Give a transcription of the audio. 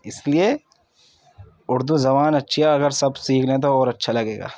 اس لیے اردو زبان اچھی ہے اگر سب سیکھ لیں تو اور اچھا لگے گا